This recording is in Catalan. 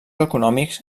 econòmics